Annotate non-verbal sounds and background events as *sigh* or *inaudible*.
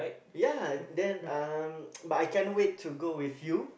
ya then um *noise* but I can't wait to go with you